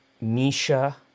Misha